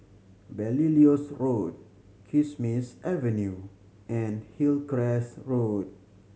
Belilios Road Kismis Avenue and Hillcrest Road